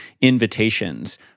invitations